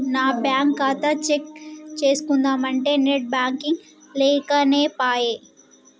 నా బ్యేంకు ఖాతా చెక్ చేస్కుందామంటే నెట్ బాంకింగ్ లేకనేపాయె